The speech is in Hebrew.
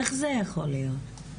איך זה יכול להיות?